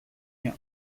year